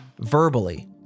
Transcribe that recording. verbally